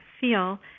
feel